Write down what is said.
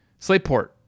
Slateport